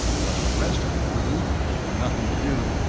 but the rest of the crew, with nothing to do,